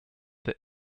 that